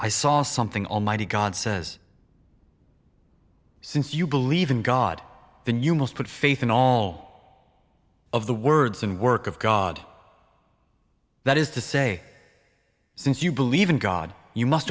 i saw something almighty god says since you believe in god then you must put faith in all of the words and work of god that is to say since you believe in god you must